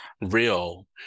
real